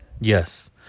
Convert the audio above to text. Yes